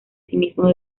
asimismo